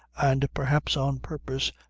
and, perhaps on purpose,